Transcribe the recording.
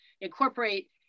incorporate